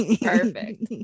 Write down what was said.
perfect